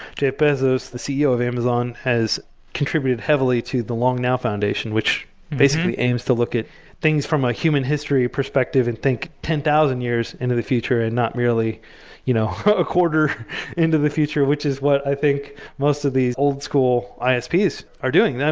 jeff bezos, the ceo of amazon has contributed heavily to the long now foundation, which basically aims to look at things from a human history perspective and think ten thousand years into the future and not really you know a quarter into the future, which is what i think most of these old school are doing.